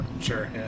Sure